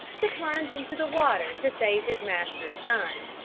to plunge into the water to save his master's son.